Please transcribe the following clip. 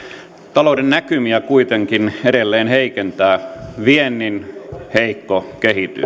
talouden näkymiä kuitenkin edelleen heikentää viennin heikko kehitys